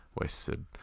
wasted